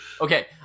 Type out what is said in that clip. Okay